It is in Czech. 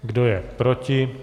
Kdo je proti?